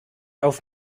auf